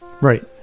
right